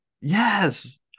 Yes